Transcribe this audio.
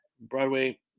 Broadway